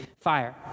fire